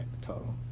total